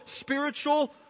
spiritual